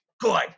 good